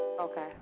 Okay